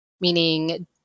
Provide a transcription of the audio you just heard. Meaning